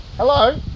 hello